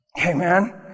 Amen